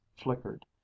flickered